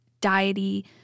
diety